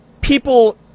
people